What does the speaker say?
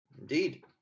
Indeed